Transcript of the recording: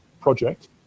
project